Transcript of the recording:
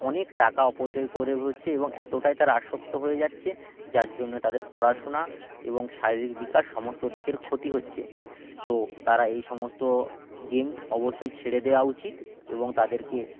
অনেক টাকা অপচয় করে হচ্ছে এবং এতটাই তারা আসক্ত হয়ে যাচ্ছে যার জন্য তাদের পড়াশোনা এবং শারীরিক বিকাশ সমস্ত দিকের ক্ষতি হচ্ছে তো তারা এই সমস্ত গেম অবশ্যই ছেড়ে দেওয়া উচিত এবং তাদেরকে